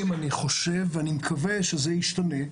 אני חושב ואני מקווה שזה ישתנה.